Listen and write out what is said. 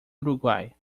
uruguai